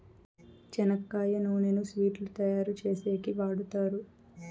చెనక్కాయ నూనెను స్వీట్లు తయారు చేసేకి వాడుతారు